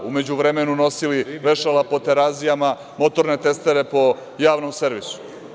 U međuvremenu nosili vešala po Terazijama, motorne testere po javnom servisu.